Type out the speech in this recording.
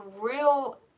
real